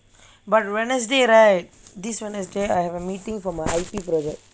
but wednesday right this wednesday I have a meeting for my